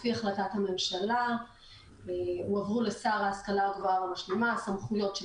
לפי החלטת הממשלה הועברו לשר להשכלה גבוהה והמשלימה הסמכויות של